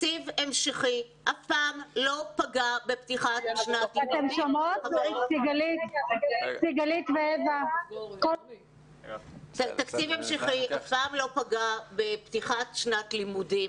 תקציב המשכי אף פעם לא פגע בפתיחת שנת הלימודים.